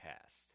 past